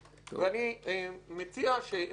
אני מציע שעמדתי